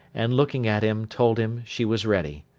and, looking at him, told him she was ready.